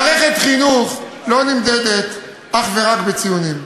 מערכת חינוך לא נמדדת אך ורק בציונים.